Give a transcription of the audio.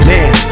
Man